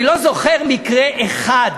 אני לא זוכר מקרה אחד